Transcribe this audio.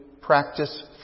practice